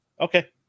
okay